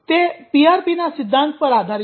તે PRP ના સિદ્ધાંત પર આધારિત છે